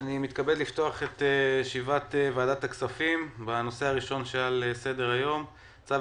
אני מתכבד לפתוח את ישיבת ועדת הכספים בנושא הראשון שעל סדר-היום: צו